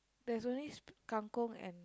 there's only kang-kong and